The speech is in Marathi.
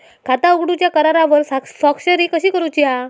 खाता उघडूच्या करारावर स्वाक्षरी कशी करूची हा?